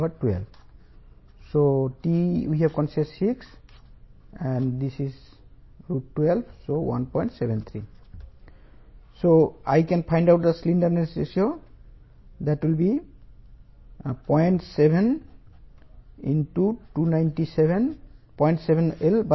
IS 800 2007 table 9సి నుంచి fy250 MPa మరియు L 1r 120